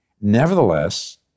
Nevertheless